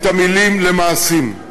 את המילים למעשים.